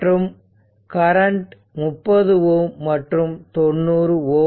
மற்றும் கரண்ட் 30 Ω மற்றும் 90 Ω